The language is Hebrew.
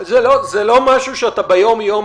זה לא משהו שאתה מתעסק בו ביום יום,